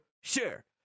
Sure